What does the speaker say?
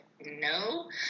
no